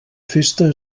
festa